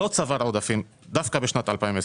לא צבר עודפים דווקא ב-22'.